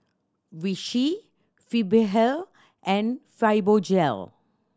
Vichy Blephagel and Fibogel